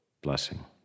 blessing